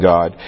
God